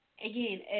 Again